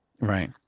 Right